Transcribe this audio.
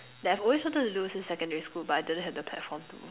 that I've always wanted to do since secondary school but I didn't have the platform to